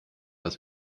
dass